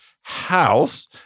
house